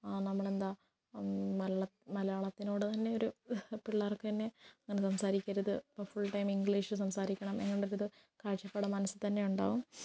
നമ്മളെന്താ മലയാളം മലയാളത്തിനോട് തന്നെ ഒര് പിള്ളേർക്ക് തന്നെ അങ്ങനെ സംസാരിക്കരുത് ഫുൾ ടൈം ഇംഗ്ലീഷിൽ സംസാരിക്കണം ഇങ്ങനുള്ള ഇത് കാഴ്ചപ്പാട് മനസ്സിൽ തന്നെ ഉണ്ടാകും